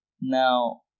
Now